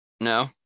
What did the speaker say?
No